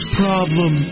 problem